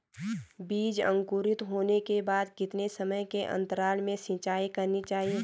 बीज अंकुरित होने के बाद कितने समय के अंतराल में सिंचाई करनी चाहिए?